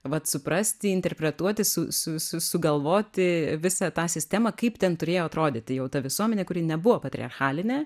vat suprasti interpretuoti su su su sugalvoti visą tą sistemą kaip ten turėjo atrodyti jau ta visuomenė kuri nebuvo patriarchalinė